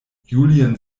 julian